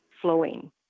flowing